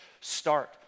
start